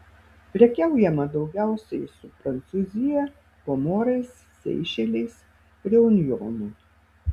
prekiaujama daugiausiai su prancūzija komorais seišeliais reunjonu